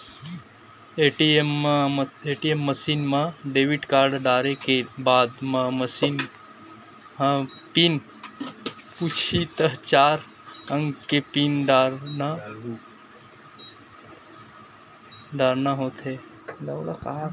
ATM machine म debit card डारे के बाद म मसीन ह पिन पूछही त चार अंक के पिन डारना होथे